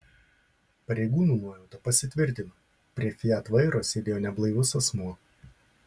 pareigūnų nuojauta pasitvirtino prie fiat vairo sėdėjo neblaivus asmuo